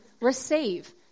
receive